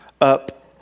up